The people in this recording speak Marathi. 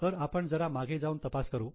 तर आपण जरा मागे जाऊन तपास करू